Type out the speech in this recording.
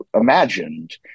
imagined